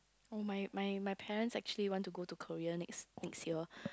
oh my my my parents actually want to go to Korea next next year